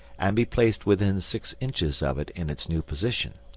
and be placed within six inches of it in its new position.